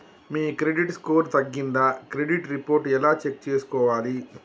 మీ credit score తగ్గిందా credit report ఎలా check చేసుకోవాలి?